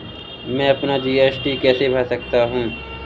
मैं अपना जी.एस.टी कैसे भर सकता हूँ?